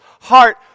heart